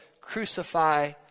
crucify